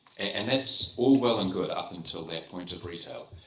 and that's all well and good, up until that point of retail.